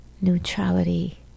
neutrality